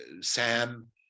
Sam